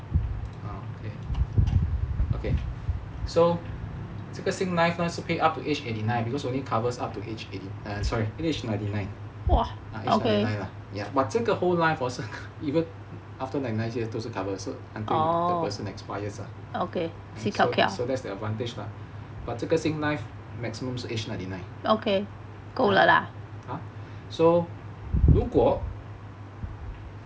ah okay so 这个 singlife 是 up to age eighty nine because only covers up to age eh sorry age ninety nine but 这个 whole life hor even after ninety nine 有 cover 也是 so it doesn't expires lah so that's the advantage lah but 这个 singlife maximum 是 age ninety nine !huh! orh okay so 如果